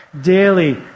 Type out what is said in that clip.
daily